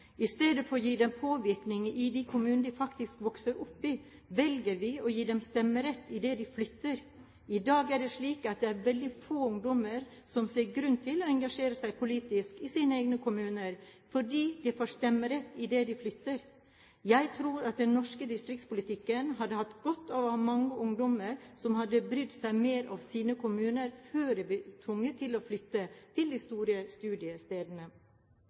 I stedet for å gi dem påvirkning i de kommunene de faktisk vokser opp i, velger vi å gi dem stemmerett idet de flytter. I dag er det slik at det er veldig få ungdommer som ser grunn til å engasjere seg politisk i sine egne kommuner, fordi de får stemmerett idet de flytter. Jeg tror at den norske distriktspolitikken hadde hatt godt av å ha mange ungdommer som hadde brydd seg mer om sine kommuner, før de ble tvunget til å flytte til de store studiestedene.